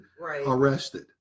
arrested